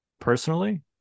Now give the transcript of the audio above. personally